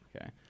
Okay